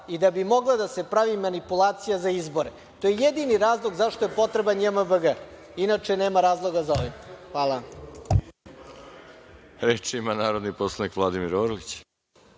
i da bi mogla da se pravi manipulacija za izbore. To je jedini razlog zašto je potreban JMBG. Inače, nema razloga za ovim. Hvala. **Veroljub Arsić** Reč ima narodni poslanik Vladimir Orlić.